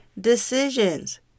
decisions